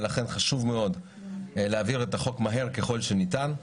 ולכן חשוב מאוד להעביר את החוק מהר ככל שניתן.